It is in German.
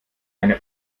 eine